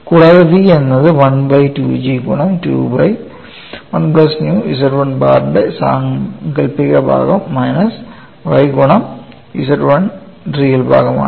കൂടാതെ v എന്നത് 1ബൈ 2 G ഗുണം2 ബൈ 1 പ്ലസ് ന്യൂ Z 1 ബാർ ഇൻറെ സാങ്കല്പിക ഭാഗം മൈനസ് y ഗുണം Z 1 റിയൽ ഭാഗം ആണ്